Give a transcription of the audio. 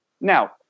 Now